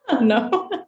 No